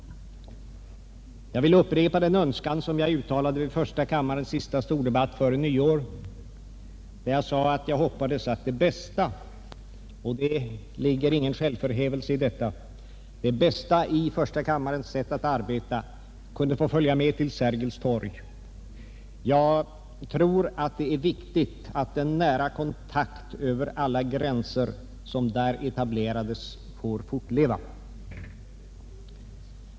Jag vill upprepa den önskan som jag uttalade vid första kammarens sista stordebatt före nyår, där jag sade att jag hoppades att det bästa — det ligger ingen självförhävelse i detta — i första kammarens sätt att arbeta skulle få följa med till Sergels torg. Det är viktigt att den nära kontakt över alla gränser som där etablerades får fortleva.